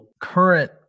current